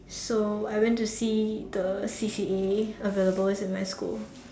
so I went to see the C_C_A available in my school